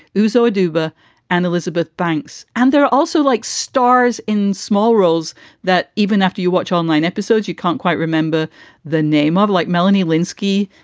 uzo aduba and elizabeth banks. and they're also like stars in small roles that even after you watch all nine episodes, you can't quite remember the name of like melanie lynskey.